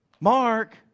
Mark